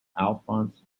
alphonse